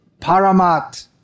Paramat